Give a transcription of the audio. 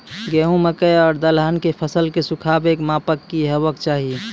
गेहूँ, मकई आर दलहन के फसलक सुखाबैक मापक की हेवाक चाही?